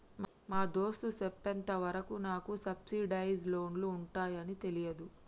మా దోస్త్ సెప్పెంత వరకు నాకు సబ్సిడైజ్ లోన్లు ఉంటాయాన్ని తెలీదు